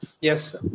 Yes